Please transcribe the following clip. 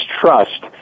trust